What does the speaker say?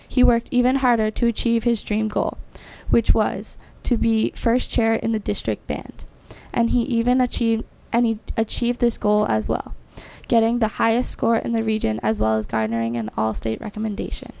he worked even harder to achieve his dream goal which was to be first chair in the district band and he even achieve and achieve this goal as well getting the highest score in the region as well as garnering an all state recommendation